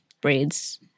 braids